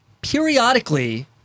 periodically